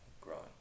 Growing